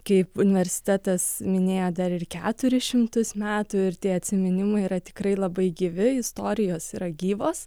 kaip universitetas minėjo dar ir keturis šimtus metų ir tie atsiminimai yra tikrai labai gyvi istorijos yra gyvos